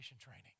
training